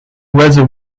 whether